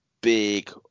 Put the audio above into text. big